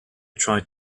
tried